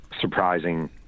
surprising